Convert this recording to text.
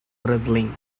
wrestling